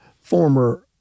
former